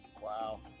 Wow